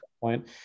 point